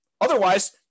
Otherwise